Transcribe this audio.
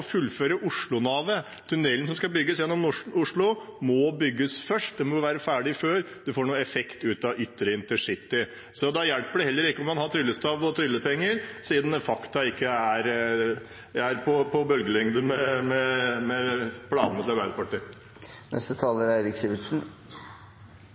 å fullføre Oslo-Navet. Tunnelen som skal bygges gjennom Oslo, må bygges først – den må være ferdig før man får noen effekt av ytre intercity. Da hjelper det heller ikke om man har tryllestav og tryllepenger – siden fakta ikke er på bølgelengde med planene til Arbeiderpartiet.